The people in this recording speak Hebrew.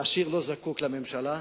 העשיר לא זקוק לממשלה,